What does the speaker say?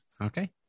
Okay